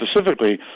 specifically